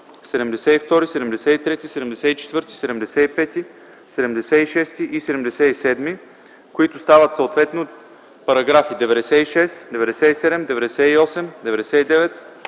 72, 73, 74, 75, 76 и 77, които стават съответно параграфи 96, 97, 98, 99,